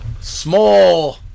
Small